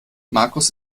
markus